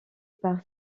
par